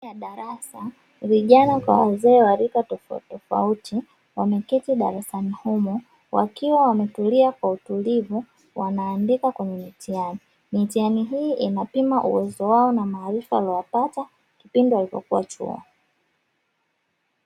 Ndani ya darasa vijana na wazee wa rika tofautitofauti wameketi darasani humo, wakiwa wametulia kwa utulivu wanaandika kwenye mitihani. Mitihani hii inapima uwezo wao na maarifa waliyopata pindi walipokuwa chuo.